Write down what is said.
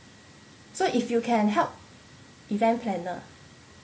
so if you can help event planner